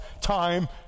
time